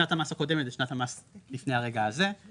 שנת המס הקודמת זה שנת המס לפני הרגע הזה,